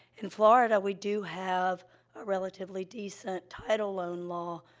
in florida, we do have a relatively decent title loan law,